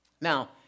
Now